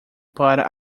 para